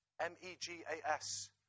M-E-G-A-S